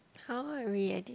how i re-edu~